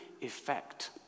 effect